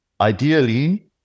ideally